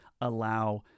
allow